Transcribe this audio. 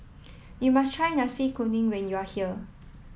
you must try Nasi Kuning when you are here